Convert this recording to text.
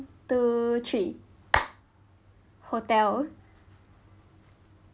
two three hotel